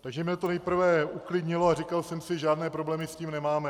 Takže mně to nejprve uklidnilo a říkal jsem si žádné problémy s tím nemáme.